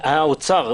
האוצר.